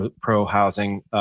pro-housing